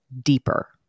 deeper